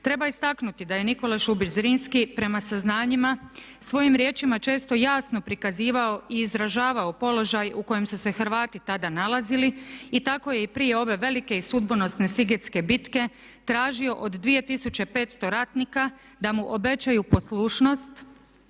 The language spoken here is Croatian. Treba istaknuti da je Nikola Šubić Zrinski prema saznanjima svojim riječima često jasno prikazivao i izražavao položaj u kojem su se Hrvati tada nalazili i tako je i prije ove velike i sudbonosne sigetske bitke tražio od 2500 ratnika da mu obećaju poslušnost